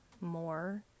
more